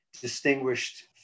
distinguished